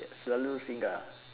selalu singgah